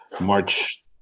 March